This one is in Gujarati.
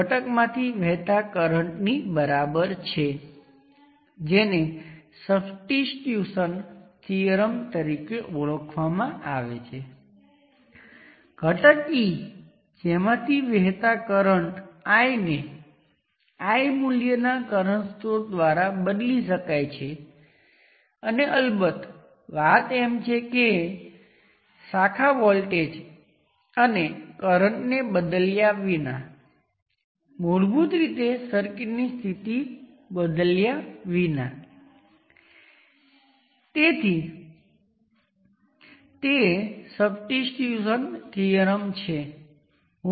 જો તમે થેવેનિન ઇક્વિવેલન્ટ સાથે યાદ કરો તો આપણી પાસે VL ને Vth - IL ×× Rth છે અને આપણી પાસે અહીં સમાન ઇક્વેશન IN કરંટ સોર્સ નો ઉપયોગ કરીને આઉટપુટ કરંટ IL નું અનુકરણ કરી શકે છે જે Rth ની બરાબર પણ છે